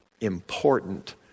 important